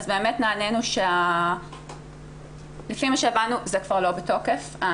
באמת נענינו שלפי מה שהבנו ההנחיה הזאת כבר לא בתוקף.